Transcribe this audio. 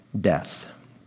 death